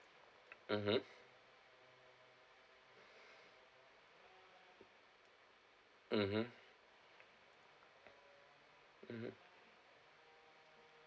mmhmm mmhmm mmhmm